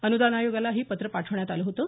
अनुदान आयोगालाही पत्र पाठविण्यात आलं होतं